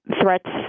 threats